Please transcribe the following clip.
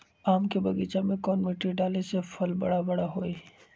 आम के बगीचा में कौन मिट्टी डाले से फल बारा बारा होई?